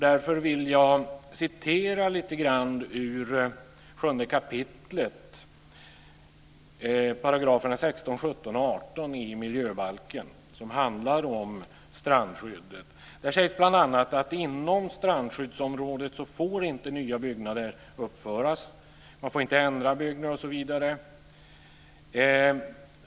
Därför vill jag citera ur 7 kap. 16, 17 och 18 § i miljöbalken som handlar om strandskyddet. Där sägs bl.a. att inom strandskyddsområdet får inte nya byggnader uppföras. Man får inte ändra byggnader osv.